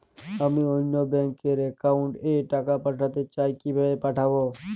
আমি অন্য ব্যাংক র অ্যাকাউন্ট এ টাকা পাঠাতে চাই কিভাবে পাঠাবো?